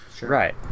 Right